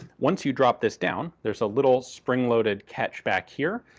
once you drop this down, there's a little spring-loaded catch back here.